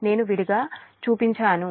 నేను విడిగా లేదు అని చూపించాను